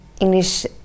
English